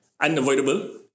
unavoidable